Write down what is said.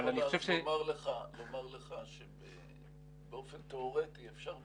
יכול לומר לך שבאופן תיאורטי אפשר,